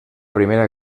primera